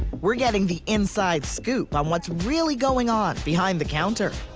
we're getting the inside scoop on what's really going on behind the counter.